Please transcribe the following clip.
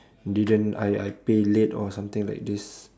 didn't I I pay late or something like this